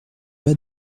pas